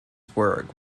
work